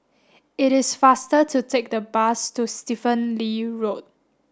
it is faster to take the bus to Stephen Lee Road